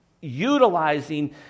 utilizing